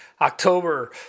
October